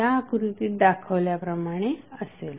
या आकृतीत दाखवल्याप्रमाणे असेल